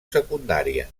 secundària